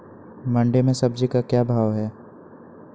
मंडी में सब्जी का क्या भाव हैँ?